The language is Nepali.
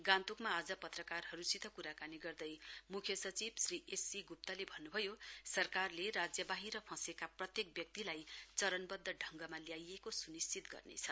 गान्तोकमा आज पत्रकारहरूसित कुराकानी गर्दै मुख्यसचीव श्रीएस सी गुप्तले भन्नु भयो सरकारले राज्यबाहिर फँसेका प्रत्येक व्यक्तिलाई चरणबद्ध ढङ्गमा ल्याइएको स्निश्चित गर्नेछ